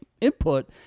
input